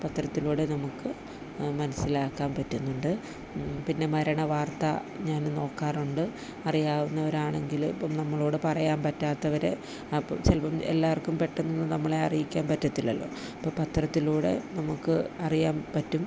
പത്രത്തിലൂടെ നമുക്ക് മനസ്സിലാക്കാൻ പറ്റുന്നുണ്ട് പിന്നെ മരണ വാർത്ത ഞാൻ നോക്കാറുണ്ട് അറിയാവുന്നവർ ആണെങ്കിൽ ഇപ്പം നമ്മളോട് പറയാൻ പറ്റാത്തവരെ അപ്പം ചിലപ്പം എല്ലാവർക്കും പെട്ടന്ന് നമ്മളെ അറിയിക്കാൻ പറ്റത്തില്ലല്ലോ അപ്പം പത്രത്തിലൂടെ നമുക്ക് അറിയാൻ പറ്റും